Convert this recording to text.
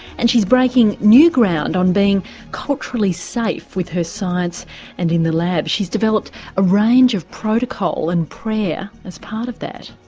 and she's breaking new ground on being culturally safe with her science and in her lab. she's developed a range of protocol and prayer as part of that.